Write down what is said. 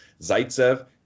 Zaitsev